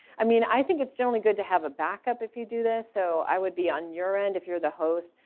i mean, i think it's generally good to have a backup if you do this. so i would be on your end, if you're the host,